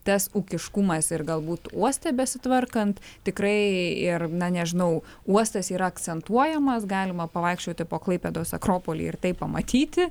tas ūkiškumas ir galbūt uoste besitvarkant tikrai ir na nežinau uostas yra akcentuojamas galima pavaikščioti po klaipėdos akropolį ir tai pamatyti